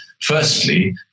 firstly